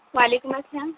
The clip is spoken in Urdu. وعلیکم السلام